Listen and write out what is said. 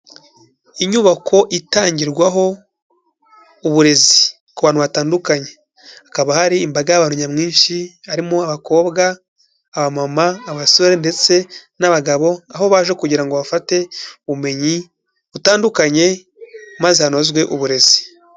Inyubako itangirwaho uburezi ku bantu batandukanye, hakaba hari imbaga y'abantu nyamwinshi, harimo abakobwa, abamama, abasore ndetse n'abagabo, aho baje kugira ngo bafate ubumenyi butandukanye maze hanozwe uburezi.